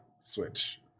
Switch